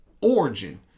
origin